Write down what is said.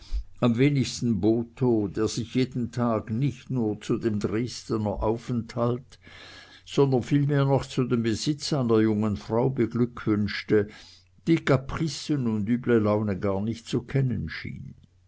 am wenigsten botho der sich jeden tag nicht nur zu dem dresdener aufenthalte sondern viel mehr noch zu dem besitze seiner jungen frau beglückwünschte die capricen und üble laune gar nicht zu kennen schien